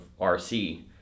RC